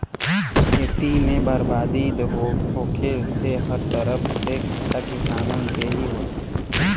खेती में बरबादी होखे से हर तरफ से घाटा किसानन के ही होला